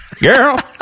Girl